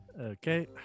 Okay